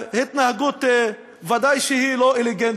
בוודאי גם התנהגות לא אינטליגנטית.